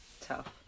tough